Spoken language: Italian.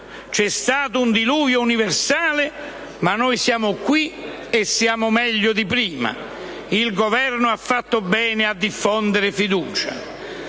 C'è stato un diluvio universale, ma noi siamo qui e siamo meglio di prima. Il Governo ha fatto bene a diffondere fiducia».